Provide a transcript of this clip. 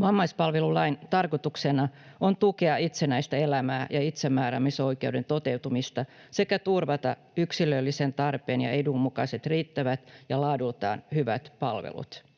Vammaispalvelulain tarkoituksena on tukea itsenäistä elämää ja itsemääräämisoikeuden toteutumista sekä turvata yksilöllisen tarpeen ja edun mukaiset riittävät ja laadultaan hyvät palvelut.